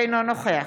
אינו נוכח